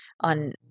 on